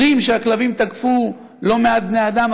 אומרים שהכלבים תקפו לא מעט בני אדם,